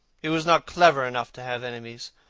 he was not clever enough to have enemies.